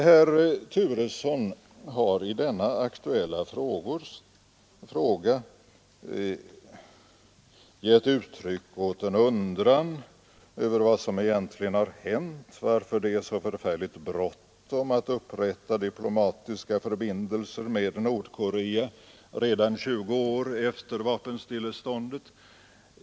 Herr Turesson har i denna aktuella fråga gett uttryck åt en undran över vad som egentligen har hänt och varför det är så förfärligt bråttom med att upprätta diplomatiska förbindelser med Nordkorea redan 20 år efter vapenstilleståndet.